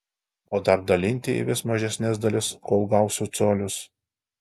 o dar dalinti į vis mažesnes dalis kol gausiu colius